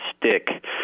stick